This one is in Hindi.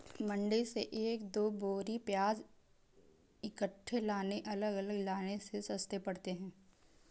मंडी से एक दो बोरी प्याज इकट्ठे लाने अलग अलग लाने से सस्ते पड़ते हैं